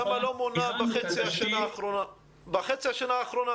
אז למה לא מונה בחצי השנה אחרונה?